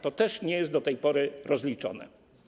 To też nie jest do tej pory rozliczone.